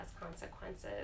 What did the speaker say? consequences